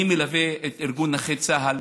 אני מלווה את ארגון נכי צה"ל,